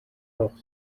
noch